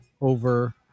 over